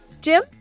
Jim